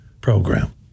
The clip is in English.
program